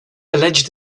alleged